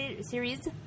series